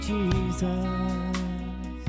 Jesus